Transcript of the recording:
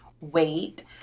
weight